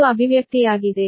ಇದು ಅಭಿವ್ಯಕ್ತಿಯಾಗಿದೆ